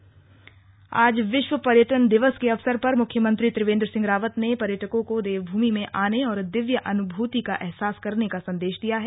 पर्यटन दिवस आज विश्व पर्यटन दिवस के अवसर पर मुख्यमंत्री त्रिवेंद्र सिंह रावत ने पर्यटकों को देवभूमि में आने और दिव्य अनुभूति का अहसास करने का संदेश दिया है